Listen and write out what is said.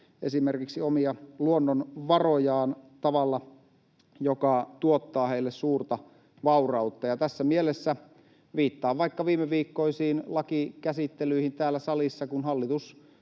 esimerkiksi omia luonnonvarojaan tavalla, joka tuottaa heille suurta vaurautta. Tässä mielessä viittaan vaikka viimeviikkoisiin lakikäsittelyihin täällä salissa, kun hallitus